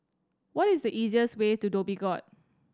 what is the easiest way to Dhoby Ghaut